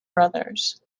brothers